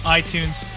itunes